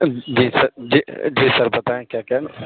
جی sir جی sir بتائیں کیا کیا